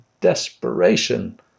desperation